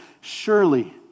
surely